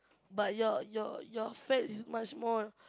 but your your your fat is much more